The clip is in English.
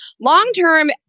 Long-term